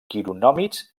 quironòmids